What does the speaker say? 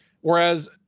whereas